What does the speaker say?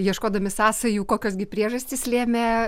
ieškodami sąsajų kokios gi priežastys lėmė